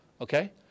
Okay